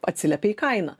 atsiliepia į kainą